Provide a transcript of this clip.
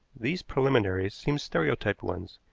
these preliminaries seemed stereotyped ones,